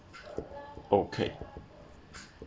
okay